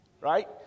right